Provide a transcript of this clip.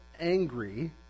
angry